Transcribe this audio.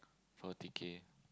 forty K